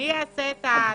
מי יעשה את הטופסולוגיה,